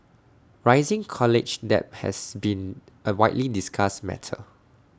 rising college debt has been A widely discussed matter